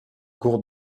cours